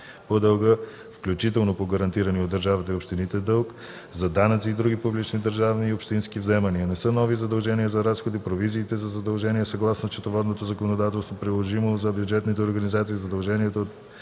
по дълга (включително по гарантирания от държавата и от общините дълг), за данъци и други публични държавни и общински вземания. Не са нови задължения за разходи провизиите за задължения съгласно счетоводното законодателство, приложимо за бюджетните организации, задълженията